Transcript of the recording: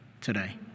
today